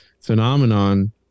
phenomenon